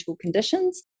conditions